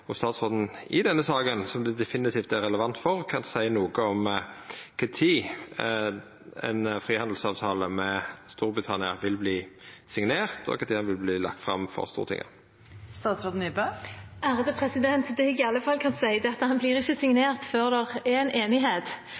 om statsråden, som dette definitivt er relevant for, kan seia noko om kva tid ein frihandelsavtale med Storbritannia vil verta signert, og kva tid han vil verta lagd fram for Stortinget? Det jeg i alle fall kan si, er at den ikke blir signert før det er en enighet.